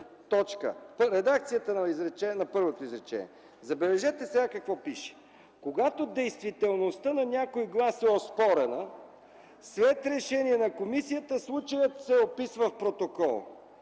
това се отразява в протокол”. Забележете сега какво пише: „Когато действителността на някой глас е оспорена, след решение на комисията случаят се описва в протокол.”